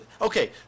Okay